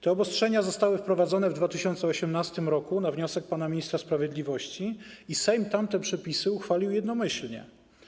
Te obostrzenia zostały wprowadzone w 2018 r. na wniosek pana ministra sprawiedliwości i Sejm tamte przepisy uchwalił jednomyślnie.